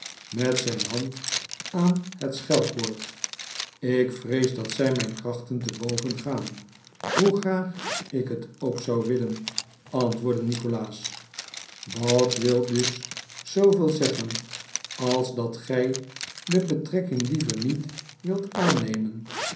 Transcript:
met zijn hand aan het schelkoord ik vrees dat zij mijn krachten te boven gaan hoe graag ik het ook zou willen antwoordde nikolaas dat wil dus zooveel zeggen als dat gij de betrekking liever niet wilt aannemen